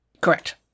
Correct